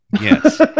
Yes